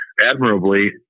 admirably